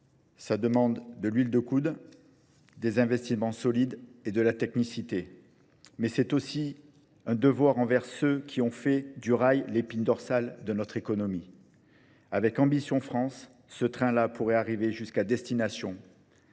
Ça demande de l'huile de coude, des investissements solides et de la technicité. mais c'est aussi un devoir envers ceux qui ont fait du rail l'épine dorsale de notre économie. Avec ambition France, ce train-là pourrait arriver jusqu'à destination.